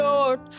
Lord